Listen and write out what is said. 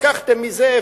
לקחתם מזה,